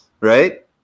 right